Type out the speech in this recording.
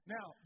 Now